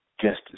justice